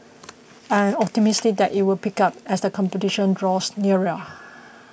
I am optimistic that you will pick up as the competition draws nearer